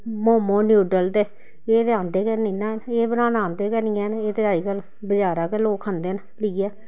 momo noodle ते एह् ते औंदे गै हैनी ना हैन एह् बनाना औंदे गै निं हैन एह् ते अजकल्ल बजारा गै लोक खंदे न लेइयै